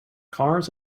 cars